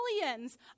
millions